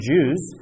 Jews